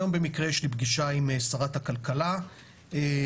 היום במקרה יש לי פגישה עם שרת הכלכלה בנושא.